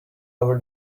over